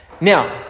Now